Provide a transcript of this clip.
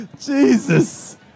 Jesus